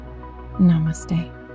Namaste